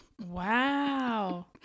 Wow